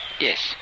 Yes